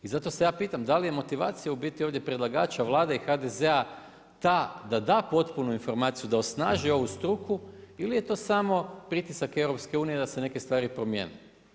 I zato se ja pitam, da li je motivacija u biti ovdje predlagača Vlade i HDZ-a ta da da potpunu informaciju, da osnaži ovu struku ili je to samo pritisak EU, da se neke stvari promjene.